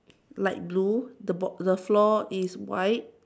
light blue the ball the floor is white